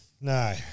No